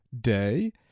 day